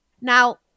Now